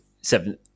seven